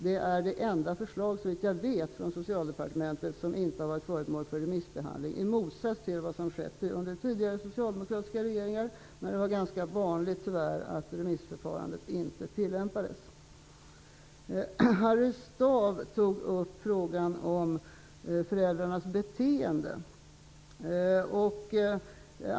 Detta är det enda förslag från Socialdepartementet, såvitt jag vet, som inte har varit föremål för remissbehandling i motsats till vad som skett under tidigare socialdemokratiska regeringar. Då var det tyvärr ganska vanligt att remissförfarandet inte tillämpades. Harry Staaf tog upp frågan om föräldrarnas beteende.